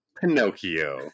Pinocchio